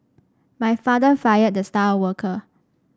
my father fired the star worker